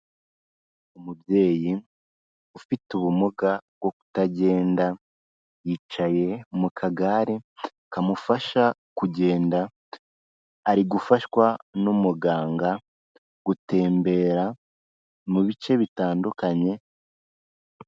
Umubyeyi ufite ubumuga bwo kutagenda, yicaye mu kagare kamufasha kugenda, ari gufashwa n'umuganga gutembera mu bice bitandukanye